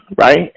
right